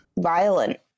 violent